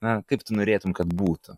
na kaip tu norėtum kad būtų